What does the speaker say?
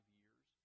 years